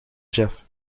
jef